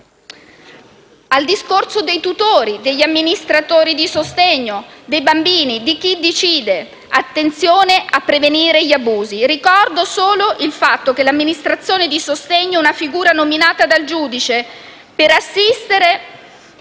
al discorso dei tutori, degli amministratori di sostegno, di chi decide per i bambini, attenzione a prevenire gli abusi. Ricordo solo che l'amministratore di sostegno è una figura nominata dal giudice per assistere